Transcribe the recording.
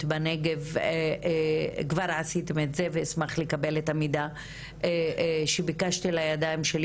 בנגב כבר עשיתם את זה ואשמח לקבל את המידע שביקשתי לידיים שלי